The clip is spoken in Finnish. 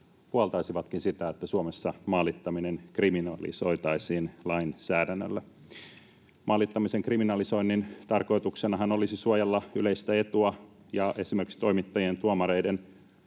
puoltaisivatkin sitä, että Suomessa maalittaminen kriminalisoitaisiin lainsäädännöllä. Maalittamisen kriminalisoinnin tarkoituksenahan olisi suojella yleistä etua ja esimerkiksi toimittajien, tuomareiden,